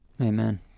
Amen